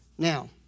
Now